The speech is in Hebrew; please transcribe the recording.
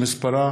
שמספרה